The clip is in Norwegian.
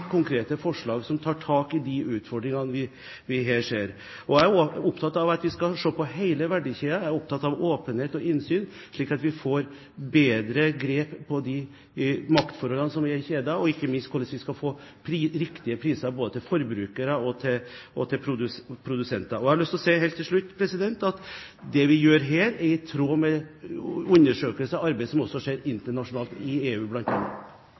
konkrete forslag som tar tak i de utfordringene vi her ser. Jeg er opptatt av at vi skal se på hele verdikjeden, og jeg er opptatt av åpenhet og innsyn, slik at vi får bedre grep på de maktforholdene som er i kjedene, og ikke minst hvordan vi skal få riktige priser både til forbrukere og til produsenter. Jeg har lyst til å si helt til slutt at det vi gjør her, er i tråd med undersøkelser, arbeid som også skjer internasjonalt, bl.a. i EU.